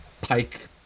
pike